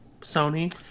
Sony